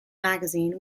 magazine